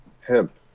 hemp